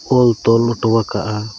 ᱚᱞ ᱛᱚᱞ ᱦᱚᱴᱟᱣᱟᱠᱟᱜᱼᱟ